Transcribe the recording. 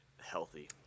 healthy